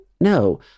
no